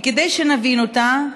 וכדי שנבין אותה,